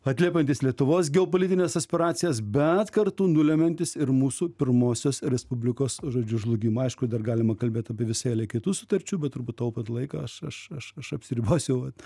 atliepiantis lietuvos geopolitines aspiracijas bet kartu nulemiantis ir mūsų pirmosios respublikos žodžiu žlugimą aišku dar galima kalbėt apie visą eilę kitų sutarčių bet turbūt taupant laiką aš aš aš aš apsiribosiu vat